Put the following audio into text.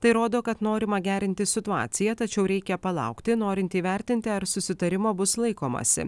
tai rodo kad norima gerinti situaciją tačiau reikia palaukti norint įvertinti ar susitarimo bus laikomasi